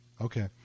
Okay